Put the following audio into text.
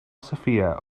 sofia